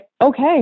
okay